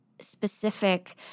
specific